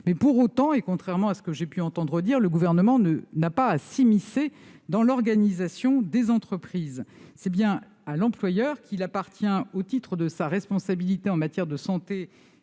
Pour autant, contrairement à ce que j'ai pu entendre dire, le Gouvernement n'a pas à s'immiscer dans l'organisation des entreprises. C'est bien à l'employeur qu'il appartient, au titre de sa responsabilité en matière de santé